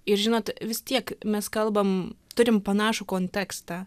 ir žinot vis tiek mes kalbame turime panašų kontekstą